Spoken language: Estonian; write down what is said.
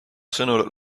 sõnul